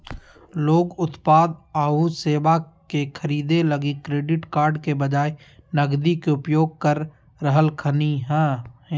लोग उत्पाद आऊ सेवा के खरीदे लगी क्रेडिट कार्ड के बजाए नकदी के उपयोग कर रहलखिन हें